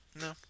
No